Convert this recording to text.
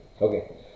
Okay